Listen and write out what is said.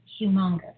humongous